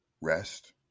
rest